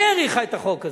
היא האריכה את החוק הזה.